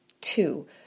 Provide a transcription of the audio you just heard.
Two